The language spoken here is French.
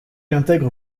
intègre